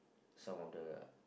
some of the